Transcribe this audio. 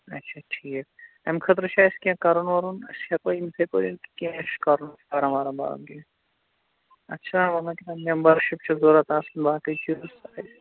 اَچھا ٹھیٖک اَمہِ خٲطرٕ چھُ اَسہِ کیٚنٛہہ کَرُن وَرُن أسۍ ہٮ۪کوا یِم فِکیٛورینٛٹ کیٚنٛہہ اَسہِ چھُ کَرُن فارَم وارَم برُن بیٚیہِ اَتھ چھِنا وَنان کیٛاہتام مٮ۪مبَرشِپ چھِ ضروٗرت آسٕنۍ باقٕے چیٖز سٲری